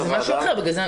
זה משהו אחר.